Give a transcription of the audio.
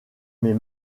mes